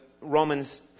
Romans